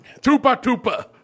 tupa-tupa